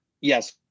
Yes